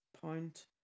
point